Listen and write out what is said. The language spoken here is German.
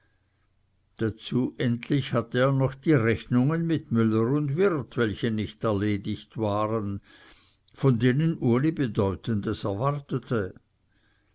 dazu endlich hatte er noch die rechnungen mit müller und wirt welche nicht erledigt waren von denen uli bedeutendes erwartete